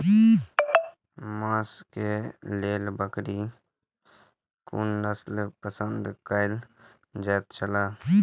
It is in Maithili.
मांस के लेल बकरी के कुन नस्ल पसंद कायल जायत छला?